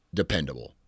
dependable